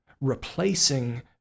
replacing